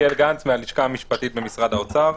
אני מהלשכה המשפטית במשרד האוצר.